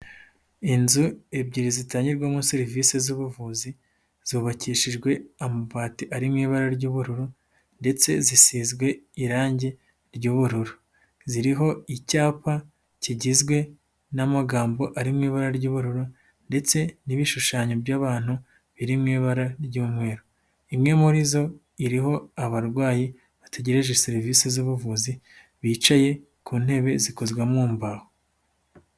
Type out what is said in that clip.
Inzu ebyiri zitangirwamo serivise z'ubuvuzi zubakishijwe amabati ari mu ibara ry'ubururu ndetse zisizwe irangi ry'ubururu, ziriho icyapa kigizwe n'amagambo ari mu ibara ry'uburora ndetse n'ibishushanyo by'abantu biri mu ibara ry'umweru, imwe muri zo iriho abarwayi bategereje serivise z'ubuvuzi bicaye ku ntebe zikozwe mu mbaho.